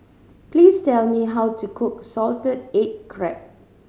please tell me how to cook salted egg crab